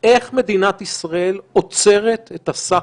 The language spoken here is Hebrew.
איך מדינת ישראל עוצרת את הסחף,